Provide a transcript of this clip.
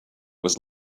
was